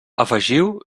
afegiu